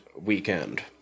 weekend